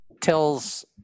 tells